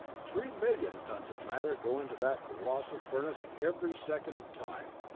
three million tons of matter go into that colossal furnace every second of time,